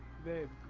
the